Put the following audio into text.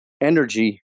energy